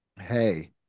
Hey